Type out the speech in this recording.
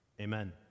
Amen